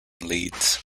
leeds